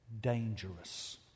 dangerous